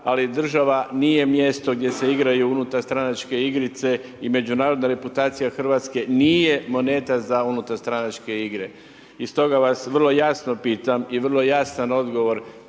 ali država nije mjesto gdje se igraju unutarstranačke igrice i međunarodna reputacija Hrvatske nije moneta za unutarstranačke igre. I stoga vas vrlo jasno pitam i vrlo jasan odgovor